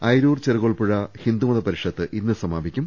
അയിരൂർ ചെറുകോൽപ്പുഴ ഹിന്ദുമത പരിഷത്ത് ഇന്ന് സമാപിക്കും